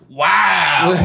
wow